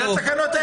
התקנות האלה.